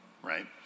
Right